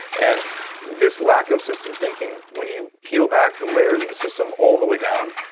and this lack of systems thinking, when you peel back the layers of the system all the way down,